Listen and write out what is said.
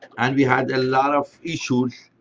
and we had a lot of issues